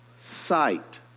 sight